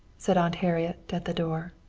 said aunt harriet, at the door.